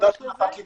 תודה רבה על הבמה.